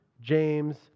James